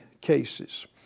cases